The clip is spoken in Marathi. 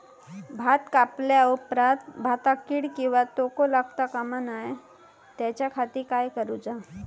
भात कापल्या ऑप्रात भाताक कीड किंवा तोको लगता काम नाय त्याच्या खाती काय करुचा?